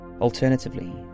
Alternatively